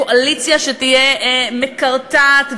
קואליציה שתהיה מקרטעת.